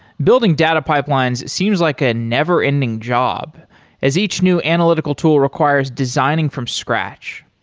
building data pipelines seems like a never ending job as each new analytical tool requires designing from scratch.